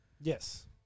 Yes